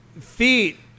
feet